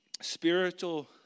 spiritual